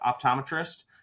optometrist